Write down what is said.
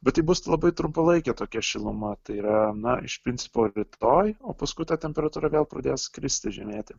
bet tai bus labai trumpalaikė tokia šiluma tai yra na iš principo rytoj o paskui ta temperatūra vėl pradės skristi žemėti